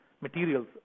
materials